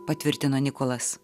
patvirtino nikolas